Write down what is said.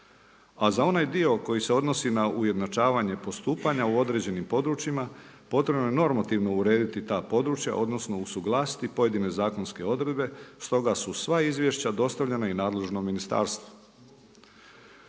A za onaj dio koji se odnosi na ujednačavanje postupanja u određenim područjima potrebno je normativno urediti ta područja odnosno usuglasiti pojedine zakonske odredbe stoga su sva izvješća dostavljena i nadležnom Ministarstvu.